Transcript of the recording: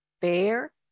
bear